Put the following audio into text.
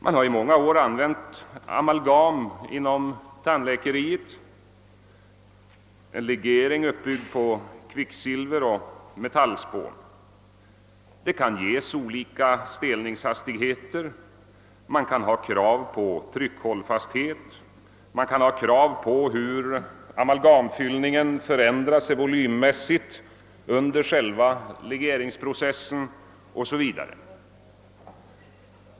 Man har i många år använt amalgam inom tandläkaryrket, en legering uppbyggd av kvicksilver och metallspån. Den kan ges olika stelningshastigheter. Man kan ha krav på tryckhållfasthet, man kan ha krav på hur amalgamfylningen förändras volymmässigt under själva legeringsprocessen o. s. v.